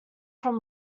from